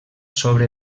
sobre